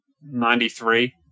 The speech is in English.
Ninety-three